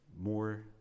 more